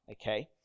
okay